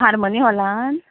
harmony हॉलान